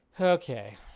Okay